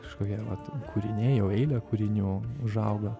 kažkokie vat kūriniai jau eilė kūrinių užaugo